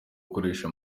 gukoresha